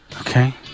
Okay